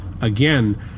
again